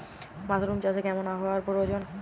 Mushroom চাষে কেমন আবহাওয়ার প্রয়োজন?